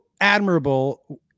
admirable